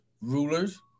rulers